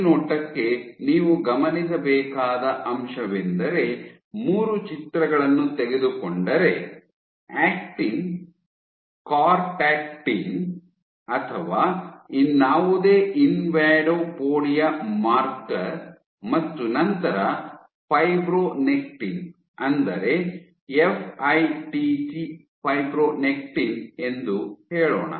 ಮೇಲ್ನೋಟಕ್ಕೆ ನೀವು ಗಮನಿಸಬೇಕಾದ ಅಂಶವೆಂದರೆ ಮೂರು ಚಿತ್ರಗಳನ್ನು ತೆಗೆದುಕೊಂಡರೆ ಆಕ್ಟಿನ್ ಕಾರ್ಟಾಕ್ಟಿನ್ ಅಥವಾ ಇನ್ನಾವುದೇ ಇನ್ವಾಡೋಪೊಡಿಯಾ ಮಾರ್ಕರ್ ಮತ್ತು ನಂತರ ಫೈಬ್ರೊನೆಕ್ಟಿನ್ ಅಂದರೆ ಎಫ್ಐಟಿಸಿ ಫೈಬ್ರೊನೆಕ್ಟಿನ್ ಎಂದು ಹೇಳೋಣ